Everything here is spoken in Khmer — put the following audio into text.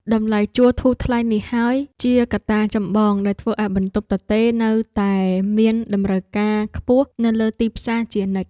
តម្លៃជួលធូរថ្លៃនេះហើយជាកត្តាចម្បងដែលធ្វើឱ្យបន្ទប់ទទេរនៅតែមានតម្រូវការខ្ពស់នៅលើទីផ្សារជានិច្ច។